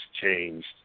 changed